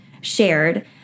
shared